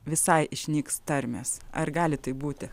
visai išnyks tarmės ar gali taip būti